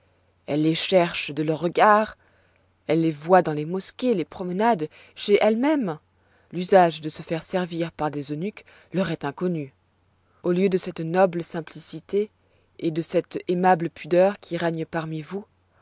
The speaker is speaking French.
elles les cherchent de leurs regards elle les voient dans les mosquées les promenades chez elles-mêmes l'usage de se faire servir par des eunuques leur est inconnu au lieu de cette noble simplicité et de cette aimable pudeur qui règne parmi vous